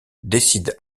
décide